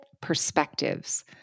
Perspectives